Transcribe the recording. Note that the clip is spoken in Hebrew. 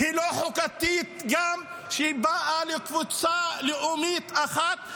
היא גם לא חוקתית, כי היא באה לקבוצה לאומית אחת.